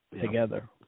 together